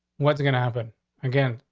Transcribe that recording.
what's going to happen again?